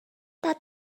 that